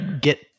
get